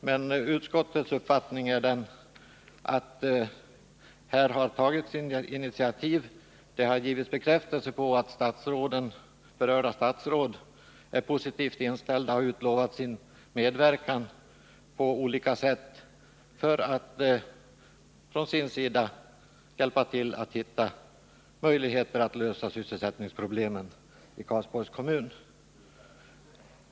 Men utskottets uppfattning är att det har tagits initiativ, det har givits bekräftelse på att berörda Statsråd är positivt inställda och har utlovat sin medverkan på olika sätt för att hjälpa till att hitta möjligheter att lösa sysselsättningsproblemen i Karlsborgs kommun.